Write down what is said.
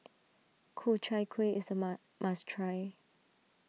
Ku Chai Kuih is a Ma must try